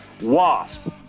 Wasp